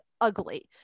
ugly